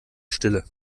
stille